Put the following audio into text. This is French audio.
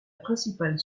principale